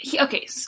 Okay